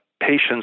patients